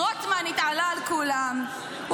רוטמן התעלה על כולם.